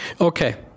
okay